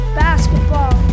basketball